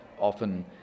often